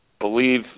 believe